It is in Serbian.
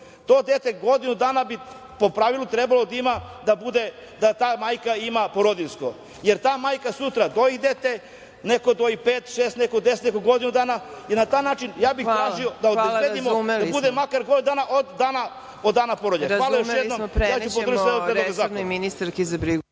to dete godinu dana bi po pravilu trebalo da ima, da ta majka ima porodiljsko, jer ta majka sutra doji dete, neko doji pet, šest, neko 10, neko godinu dana i na taj način ja bih tražio da obezbedimo i da bude makar godinu dana od dana porođaja. Hvala još jednom. Ja bi podržao ovaj predlog zakona.